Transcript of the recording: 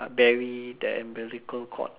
bury the umbilical cord